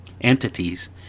entities